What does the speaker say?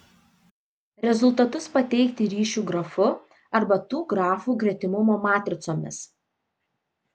rezultatus pateikti ryšių grafu arba tų grafų gretimumo matricomis